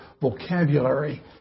vocabulary